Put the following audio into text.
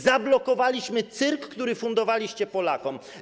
zablokowaliśmy cyrk, który fundowaliście Polakom.